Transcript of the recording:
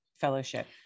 fellowship